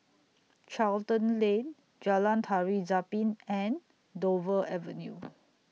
Charlton Lane Jalan Tari Zapin and Dover Avenue